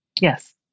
Yes